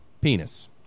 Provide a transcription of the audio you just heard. penis